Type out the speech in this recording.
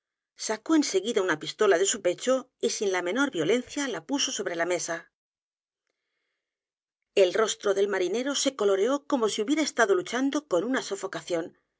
sacó en seguida una pistola de su pecho y sin l a menor violencia la puso sobre la mesa el rostro del marinero se coloreó como si hubiera estado luchando con una sofocación